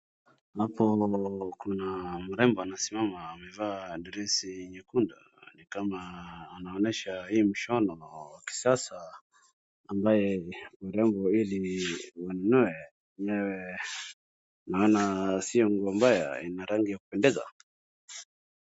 Hapo kuna mrembo anasimama amevaa dress nyekundu ni kama anaonyesha hii mshono wa kisasa ambaye mrembo wawili wanunue, naona si nguo mbaya ina rangi ya kupendeza.